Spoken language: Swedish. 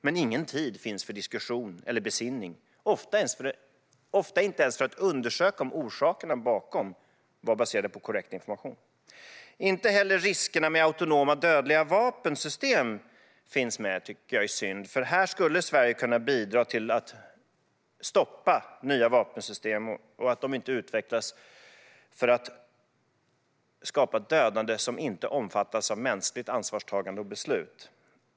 Men ingen tid finns för diskussion eller besinning, ofta inte ens för att undersöka om skälen bakom beslutet var baserade på korrekt information. Att inte heller riskerna med autonoma dödliga vapensystem finns med tycker jag är synd, för här skulle Sverige kunna bidra till att stoppa nya vapensystem så att de inte utvecklas för dödande som inte omfattas av mänskligt ansvarstagande och mänskliga beslut.